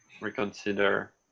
reconsider